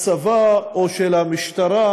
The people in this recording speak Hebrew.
הצבא, או של המשטרה,